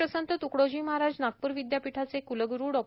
राष्ट्रसंत त्कडोजी महाराज नागप्र विद्यापीठाचे क्लग्रू डॉ